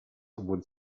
would